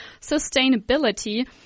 sustainability